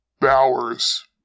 bowers